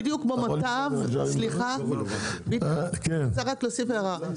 סליחה אני רוצה להוסיף הערה,